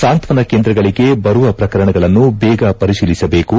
ಸಾಂತ್ವನ ಕೇಂದ್ರಗಳಿಗೆ ಬರುವ ಪ್ರಕರಣಗಳನ್ನು ಬೇಗ ಪರಿತೀಲಿಸಬೇಕು